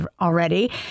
already